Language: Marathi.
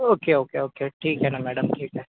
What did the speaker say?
ओके ओके ओके ठीक आहे ना मॅडम ठीक आहे